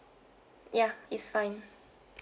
ya it's fine